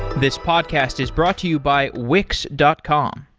this podcast is brought to you by wix dot com.